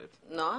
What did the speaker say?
נועה,